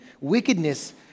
wickedness